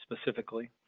specifically